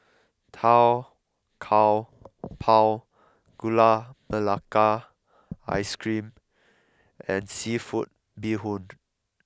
Tau Kwa Pau Gula Melaka ice cream and seafood be hond